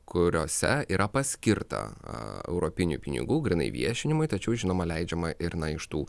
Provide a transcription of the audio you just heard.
kuriose yra paskirta europinių pinigų grynai viešinimui tačiau žinoma leidžiama ir na iš tų